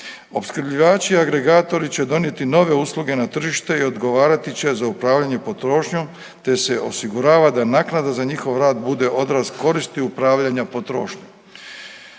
Opskrbljivači i agregatori će donijeti nove usluge na tržište i odgovarati će za upravljanje potrošnjom, te se osigurava da naknada za njihov rad bude odraz koristi upravljanja potrošnjom.